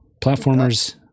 Platformers